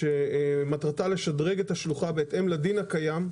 שמטרתה לשדרג את השלוחה בהתאם לדין הקיים,